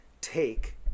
Take